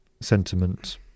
sentiment